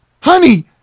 Honey